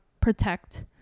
protect